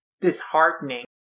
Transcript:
disheartening